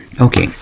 Okay